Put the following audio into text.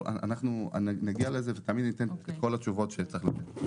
אנחנו נגיע לזה וניתן את כל התשובות שצריך לתת.